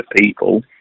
people